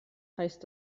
heißt